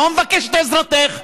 לא מבקש את עזרתך,